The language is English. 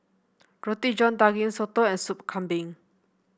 Roti John Daging soto and Sup Kambing